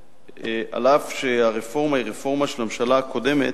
אף שהרפורמה היא רפורמה של הממשלה הקודמת.